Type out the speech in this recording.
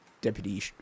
Deputy